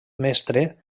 mestre